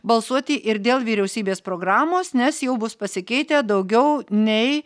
balsuoti ir dėl vyriausybės programos nes jau bus pasikeitę daugiau nei